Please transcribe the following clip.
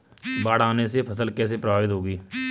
बाढ़ आने से फसल कैसे प्रभावित होगी?